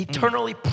Eternally